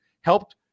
helped